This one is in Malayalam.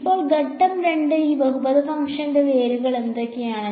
ഇപ്പോൾ ഘട്ടം 2 ഈ ബഹുപദ ഫംഗ്ഷന്റെ വേരുകൾ എന്തൊക്കെയാണ്